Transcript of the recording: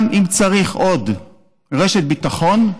גם אם צריך עוד רשת ביטחון,